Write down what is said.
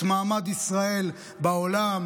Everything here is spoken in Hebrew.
את מעמד ישראל בעולם,